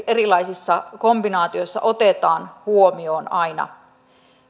erilaisissa kombinaatioissa otetaan huomioon aina